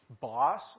boss